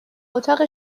اتاق